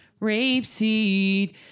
Rapeseed